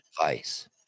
advice